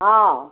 हाँ